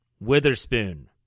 Witherspoon